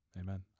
Amen